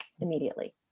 immediately